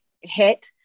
hit